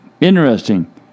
Interesting